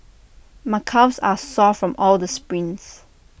my calves are sore from all the sprints